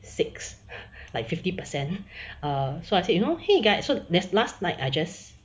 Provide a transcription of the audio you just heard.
six like fifty percent err so I said you know !hey! guy so just last night I just